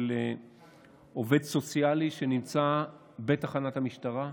עובד סוציאלי שנמצא בתחנת המשטרה.